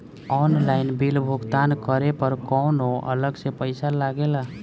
Online bill भुगतान करे पर कौनो अलग से पईसा लगेला?